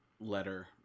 letter